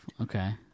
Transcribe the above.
Okay